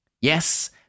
Yes